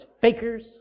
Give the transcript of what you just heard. fakers